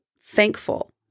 thankful